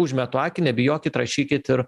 užmetu akį nebijokit rašykit ir